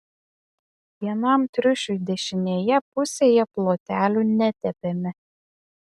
vienam triušiui dešinėje pusėje plotelių netepėme